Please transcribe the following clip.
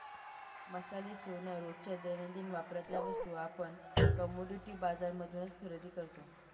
मसाले, सोन, रोजच्या दैनंदिन वापरातल्या वस्तू आपण कमोडिटी बाजार मधूनच खरेदी करतो